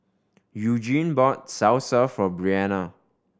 Eugene bought Salsa for Brianna